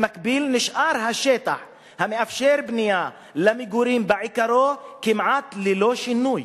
במקביל נשאר השטח המאפשר בנייה למגורים בעיקרו כמעט ללא שינוי.